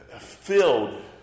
filled